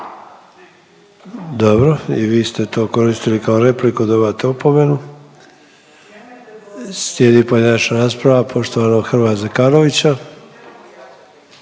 Dobro i vi ste ovo iskoristili kao repliku dobivate opomenu. Slijedi pojedinačna rasprava poštovanog Hrvoja Zekanovića.